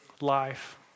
life